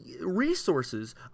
resources